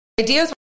Ideas